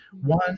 One